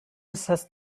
assessed